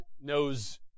knows